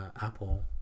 Apple